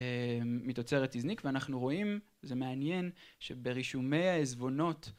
מתוצרת איזניק ואנחנו רואים, זה מעניין שברישומי העזבונות